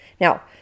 Now